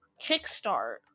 Kickstart